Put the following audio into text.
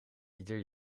ieder